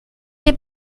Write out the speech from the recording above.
les